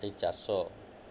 ଏଇ ଚାଷ